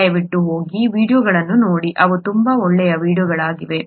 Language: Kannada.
ದಯವಿಟ್ಟು ಹೋಗಿ ಈ ವೀಡಿಯೊಗಳನ್ನು ನೋಡಿ ಅವು ತುಂಬಾ ಒಳ್ಳೆಯ ವೀಡಿಯೊಗಳಾಗಿವೆ